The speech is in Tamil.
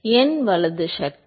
n வலது சக்தி